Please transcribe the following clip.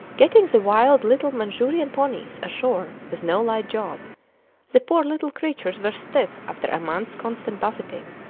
getting the wild little manchurian ponies ashore was no light job the poor little creatures were stiff after a month's constant buffeting,